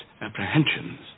apprehensions